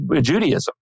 Judaism